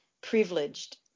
privileged